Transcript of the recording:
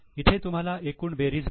इथे तुम्हाला एकूण बेरीज मिळते